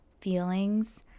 feelings